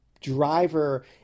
driver